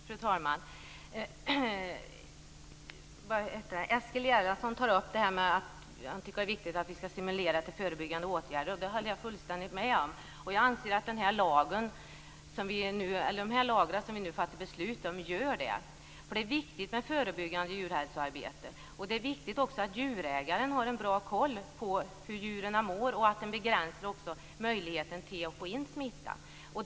Fru talman! Eskil Erlandsson tar upp att det är viktigt att stimulera till förebyggande åtgärder. Det håller jag fullständigt med om. Jag anser att de lagar vi nu fattar beslut om gör det. Det är viktigt med förebyggande djurhälsoarbete, att djurägaren har bra koll på hur djuren mår och att möjligheten att få in smitta begränsas.